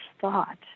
thought